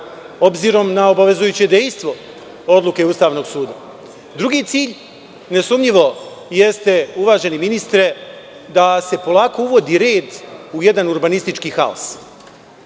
obzirom na obavezujuće dejstvo odluke Ustavnog suda. Drugi cilj jeste uvaženi ministre da se polako uvodi red u jedan urbanistički haos.